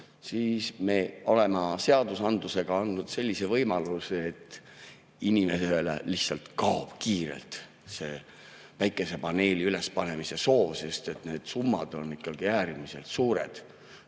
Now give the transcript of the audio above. siis me oleme seadustega andnud sellise võimaluse, et inimesel lihtsalt kaob kiirelt see päikesepaneeli ülespanemise soov, sest need summad on ikkagi äärmiselt suured.